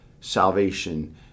salvation